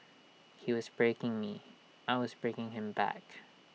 he was breaking me I was breaking him back